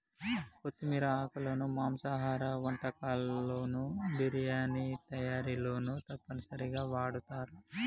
కొత్తిమీర ఆకులను మాంసాహార వంటకాల్లోను బిర్యానీ తయారీలోనూ తప్పనిసరిగా వాడుతారు